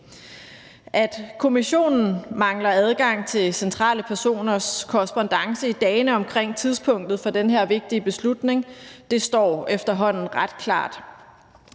at kommissionen mangler adgang til centrale personers korrespondance i dagene omkring tidspunktet for den her vigtige beslutning. At sms'er er et helt